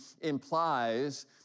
implies